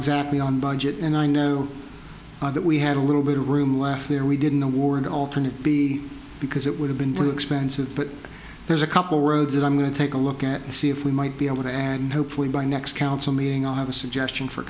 exactly on budget and i know that we had a little bit of room left there we did in the war and alternate b because it would have been put expensive but there's a couple roads that i'm going to take a look at and see if we might be able to and hopefully by next council meeting i have a suggestion for